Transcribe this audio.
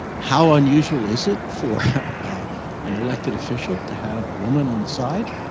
how unusual is it for ah an elected official to have a woman on the side?